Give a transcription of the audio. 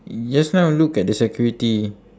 just now look at the security